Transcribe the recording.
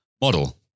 model